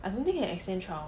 I don't think can extend trial